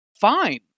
fine